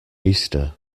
easter